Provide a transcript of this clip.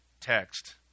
text